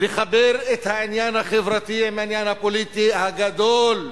לחבר את העניין החברתי עם העניין הפוליטי הגדול.